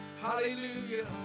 Hallelujah